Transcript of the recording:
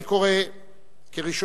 ואני קורא לראשון